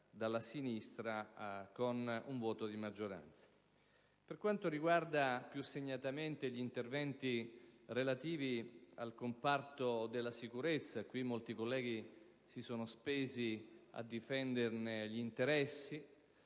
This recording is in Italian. Per quanto riguarda più segnatamente gli interventi relativi al comparto della sicurezza (e in questa sede molti colleghi si sono spesi a difenderne gli interessi),